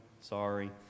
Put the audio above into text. sorry